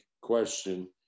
question